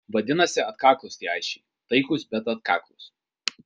vadinasi atkaklūs tie aisčiai taikūs bet atkaklūs